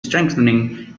strengthening